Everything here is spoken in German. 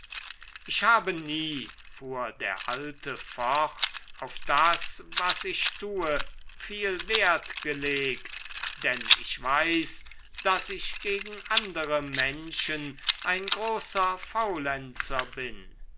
ich habe nie fuhr der alte fort auf das was ich tue viel wert gelegt denn ich weiß daß ich gegen andere menschen ein großer faulenzer bin